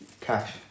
cash